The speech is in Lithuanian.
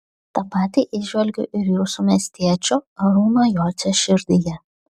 tą patį įžvelgiu ir jūsų miestiečio arūno jocio širdyje